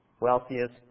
wealthiest